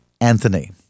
Anthony